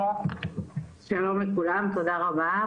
שלום לכולם, תודה רבה.